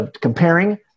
comparing